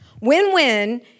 Win-win